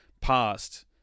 Past